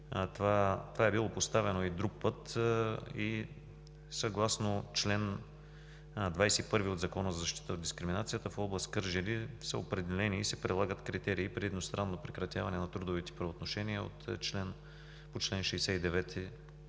Това е било поставяно и друг път. Съгласно чл. 21 от Закона за защита от дискриминация в област Кърджали са определени и се прилагат критерии при едностранно прекратяване на трудовите правоотношения по чл. 69в